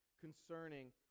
concerning